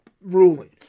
ruling